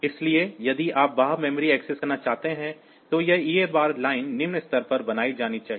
इसलिए यदि आप बाह्य मेमोरी एक्सेस करना चाहते हैं तो यह EA बार लाइन निम्न स्तर पर बनाई जानी चाहिए